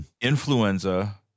influenza